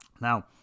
Now